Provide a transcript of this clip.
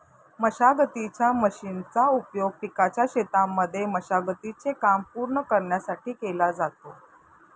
मशागतीच्या मशीनचा उपयोग पिकाच्या शेतांमध्ये मशागती चे काम पूर्ण करण्यासाठी केला जातो